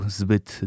zbyt